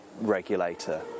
regulator